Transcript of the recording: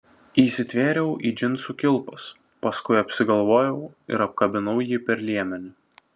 įsitvėriau į džinsų kilpas paskui apsigalvojau ir apkabinau jį per liemenį